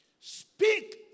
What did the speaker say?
Speak